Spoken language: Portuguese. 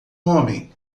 homem